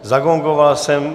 Zagongoval jsem.